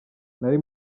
nari